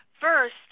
first